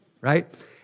right